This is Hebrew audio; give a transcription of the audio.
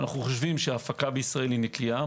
אנו חושבים שההפקה בישראל נקייה.